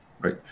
right